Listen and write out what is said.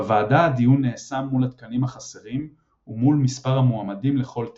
בוועדה הדיון נעשה מול התקנים החסרים ומול מספר המועמדים לכל תקן.